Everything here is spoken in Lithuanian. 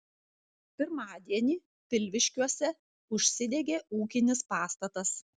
pirmadienį pilviškiuose užsidegė ūkinis pastatas